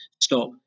stop